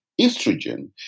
estrogen